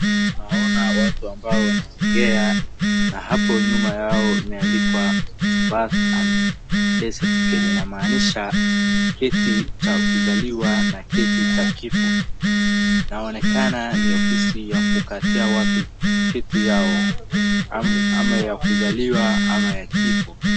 Naona watu ambao wanaongea na hapo nyuma yao imeandikwa birth and death certificate , inamaanisha cheti cha kuzaliwa na cheti cha kifo. Inaonekana ni ofisi ya kukatia watu cheti yao ama kuzaliwa ama ya kifo.